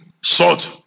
salt